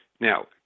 Now